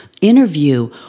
interview